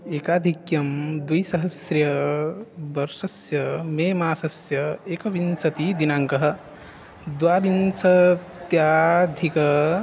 एकाधिकं द्विसहस्रस्य वर्षस्य मेमासस्य एकविंशतिः दिनाङ्कः द्वाविंशत्यधिक